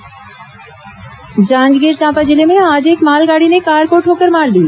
दुर्घटना जांजगीर चांपा जिले में आज एक मालगाड़ी ने कार को ठोकर मार दी